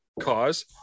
cause